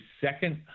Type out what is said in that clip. second